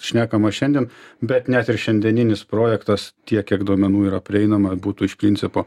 šnekama šiandien bet net ir šiandieninis projektas tiek kiek duomenų yra prieinama būtų iš principo